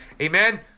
Amen